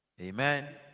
Amen